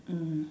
mm